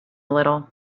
little